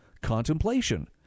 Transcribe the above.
contemplation